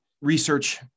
research